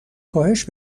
کاهش